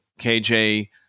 KJ